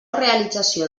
realització